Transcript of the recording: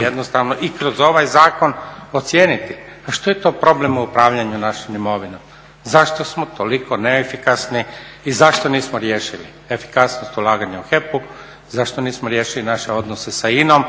jednostavno i kroz ovaj zakon ocijeniti, a što je to problem u upravljanju našom imovinom, zašto smo toliko efikasni i zašto nismo riješili efikasnost ulaganja u HEP-u, zašto nismo riješili naše odnose sa INA-om